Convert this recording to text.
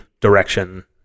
direction